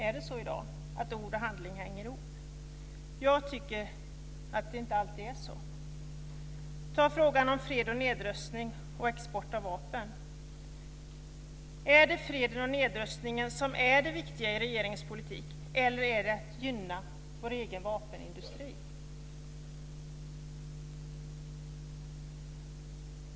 Är det så i dag, att ord och handling hänger ihop? Jag tycker att det inte alltid är så. Ta frågan om fred och nedrustning och export av vapen. Är det freden och nedrustningen som är det viktiga i regeringens politik, eller är det att gynna vår egen vapenindustri?